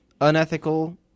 unethical